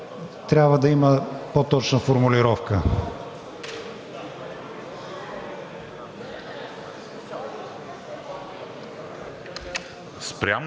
трябва да има по-точна формулировка.